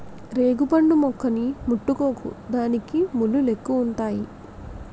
రేగుపండు మొక్కని ముట్టుకోకు దానికి ముల్లెక్కువుంతాయి